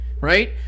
Right